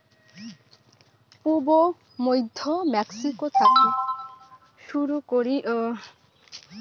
পুব ও মইধ্য মেক্সিকো থাকি শুরু করি গুয়াতেমালা পার করি অ্যাভোকাডো দেশী ফল আবাদ করাং হই